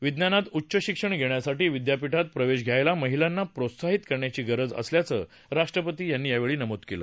विज्ञानात उच्च शिक्षण घेण्यासाठी विद्यपीठात प्रवेश घ्यायला महिलांना प्रोत्साहित करण्याची गरज असल्याचं राष्ट्रपती म्हणाले